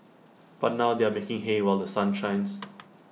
but now they are making hay while The Sun shines